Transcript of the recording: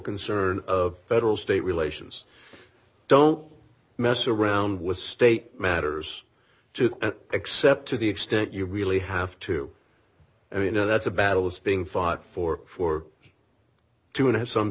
concern of federal state relations don't mess around with state matters too except to the extent you really have to i mean that's a battle was being fought for for two and have some